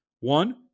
One